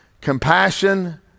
compassion